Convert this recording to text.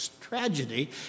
tragedy